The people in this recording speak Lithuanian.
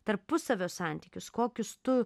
tarpusavio santykius kokius tu